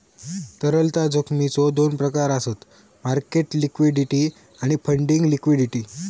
तरलता जोखमीचो दोन प्रकार आसत मार्केट लिक्विडिटी आणि फंडिंग लिक्विडिटी